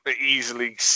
easily